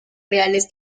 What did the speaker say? reales